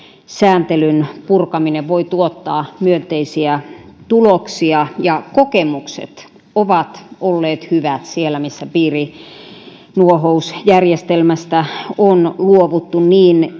sääntelyn purkaminen voi tuottaa myönteisiä tuloksia kokemukset ovat olleet hyvät siellä missä piirinuohousjärjestelmästä on luovuttu niin